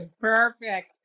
perfect